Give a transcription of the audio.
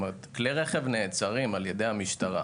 כלומר כלי רכב נעצרים על ידי המשטרה,